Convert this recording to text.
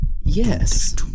Yes